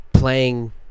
playing